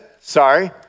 sorry